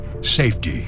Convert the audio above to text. Safety